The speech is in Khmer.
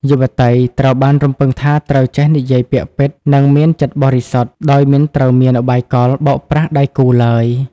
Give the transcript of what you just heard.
យុវតីត្រូវបានរំពឹងថា ត្រូវចេះ "និយាយពាក្យពិត និងមានចិត្តបរិសុទ្ធ" ដោយមិនត្រូវមានឧបាយកលបោកប្រាស់ដៃគូឡើយ។